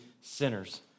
sinners